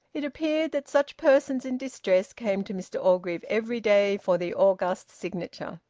it appeared that such persons in distress came to mr orgreave every day for the august signature.